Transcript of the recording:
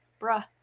bruh